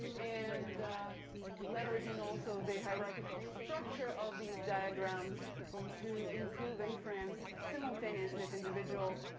and leveraging, also, the hierarchical structure of these diagrams to improve inference, simultaneously, to individual,